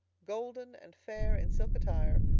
golden and fair in silk attire,